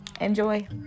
Enjoy